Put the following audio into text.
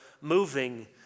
moving